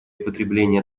потребления